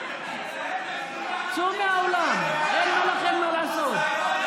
צאו מהאולם, אין לכם מה לעשות.